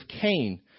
cain